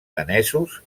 danesos